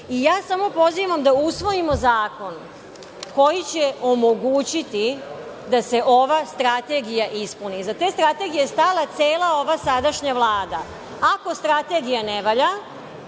i ja samo pozivam da usvojimo zakon koji će omogućiti da se ova strategija ispune. Iza te Strategije je stala cela ova sadašnja Vlada. Ako Strategija ne valja,